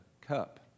cup